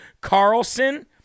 Carlson